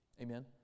Amen